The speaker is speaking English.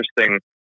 interesting